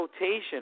rotation